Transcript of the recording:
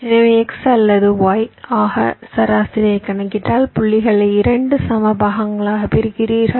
எனவே x அல்லது y ஆக சராசரியாகக் கணக்கிட்டால் புள்ளிகளை 2 சம பாகங்களாக பிரிக்கிறீர்கள்